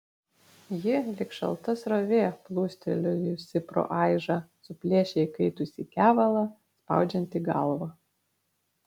ji lyg šalta srovė plūstelėjusi pro aižą suplėšė įkaitusį kevalą spaudžiantį galvą